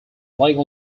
lego